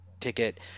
ticket